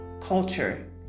culture